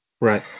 Right